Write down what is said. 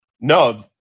no